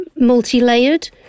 multi-layered